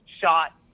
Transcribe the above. shot